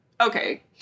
okay